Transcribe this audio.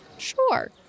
Sure